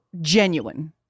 genuine